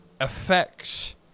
affects